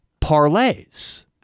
parlays